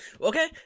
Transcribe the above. okay